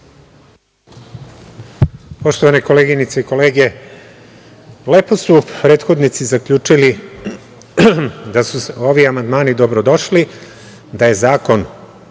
Poštovane koleginice i kolege, lepo su prethodnici zaključili da su ovi amandmani dobro došli, da je zakon